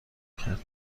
کرد